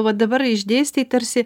va dabar išdėstei tarsi